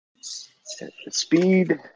Speed